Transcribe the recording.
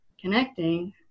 connecting